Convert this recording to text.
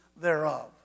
thereof